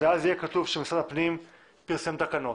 ואז יהיה כתוב שמשרד הפנים פרסם תקנות.